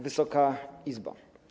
Wysoka Izbo!